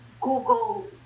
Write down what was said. Google